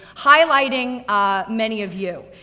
highlighting ah many of you.